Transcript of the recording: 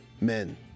men